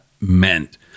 meant